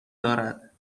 دارد